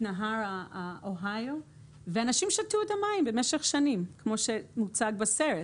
נהר האוהיו ואנשים שתו את המים במשך שנים כמו שהוצג בסרט.